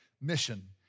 mission